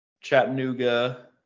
Chattanooga